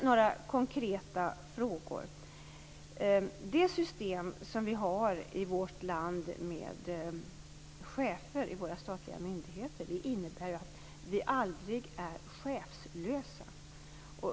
Några konkreta frågor ställdes. Det system med chefer som vi har i våra statliga myndigheter i vårt land innebär att vi aldrig är chefslösa.